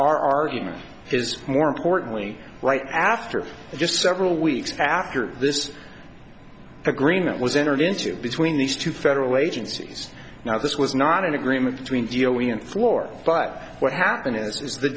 our argument is more importantly right after just several weeks after this agreement was entered into between these two federal agencies now this was not an agreement between dealing and floor but what happen is the